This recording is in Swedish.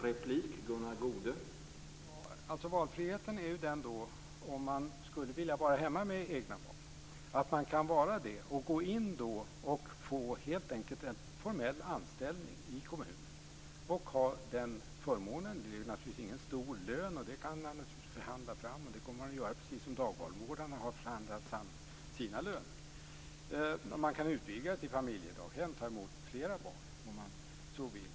Herr talman! Valfriheten innebär att man kan vara hemma med egna barn om man skulle vilja det. Man skulle helt enkelt kunna få en formell anställning i kommunen. Det skulle naturligtvis inte ge någon stor lön. Den kan man förhandla fram, och det skulle man göra precis som dagbarnvårdarna har förhandlat fram sina löner. Man skulle kunna utvidga det till ett familjedaghem och ta emot flera barn om man så vill.